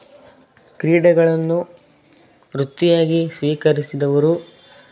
ಕ್ರೀಡೆಗಳನ್ನು ವೃತ್ತಿಯಾಗಿ ಸ್ವೀಕರಿಸಿದವರು